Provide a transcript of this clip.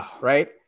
right